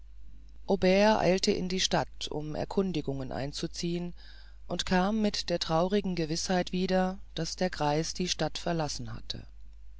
eilte in die stadt um erkundigungen einzuziehen und kam mit der traurigen gewißheit wieder daß der greis die stadt verlassen habe